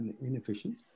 inefficient